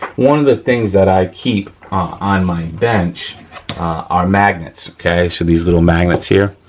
one of the things that i keep on my bench are magnets, okay, so these little magnets here.